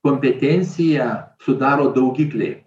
kompetenciją sudaro daugikliai